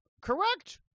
correct